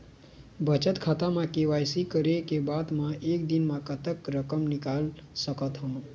बचत खाता म के.वाई.सी करे के बाद म एक दिन म कतेक रकम निकाल सकत हव?